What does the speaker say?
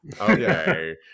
Okay